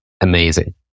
amazing